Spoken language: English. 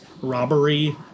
robbery